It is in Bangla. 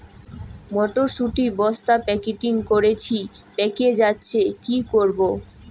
মটর শুটি বস্তা প্যাকেটিং করেছি পেকে যাচ্ছে কি করব?